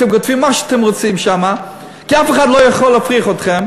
אתם כותבים מה שאתם רוצים שם כי אף אחד לא יכול להפריך אתכם,